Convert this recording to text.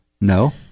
No